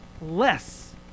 less